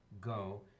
go